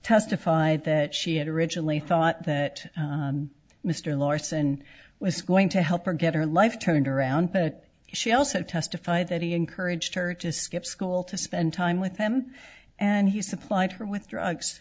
testified that she had originally thought that mr larson was going to help her get her life turned around but she also testified that he encouraged her to skip school to spend time with him and he supplied her with drugs